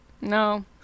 no